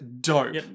dope